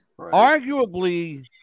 Arguably